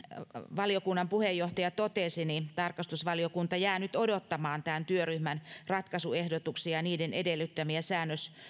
valiokunnan puheenjohtaja totesi tarkastusvaliokunta jää nyt odottamaan tämän työryhmän ratkaisuehdotuksia ja niiden edellyttämiä